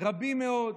רבים מאוד.